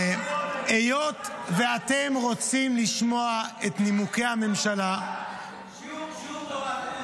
היות שאתם רוצים לשמוע את נימוקי הממשלה --- תן להם שיעור תורה.